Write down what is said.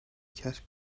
کسب